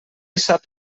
sap